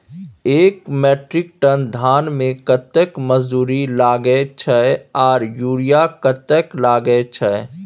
एक metric ton धान में कतेक मजदूरी लागे छै आर यूरिया कतेक लागे छै?